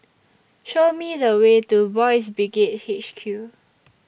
Show Me The Way to Boys' Brigade H Q